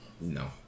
No